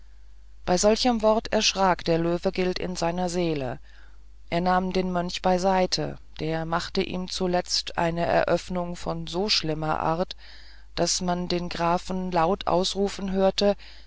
bei solchem wort erschrak der löwegilt in seine seele er nahm den mönch beiseit der machte ihm zuletzt eine eröffnung von so schlimmer art daß man den grafen laut ausrufen hörte